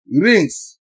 rings